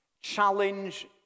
challenge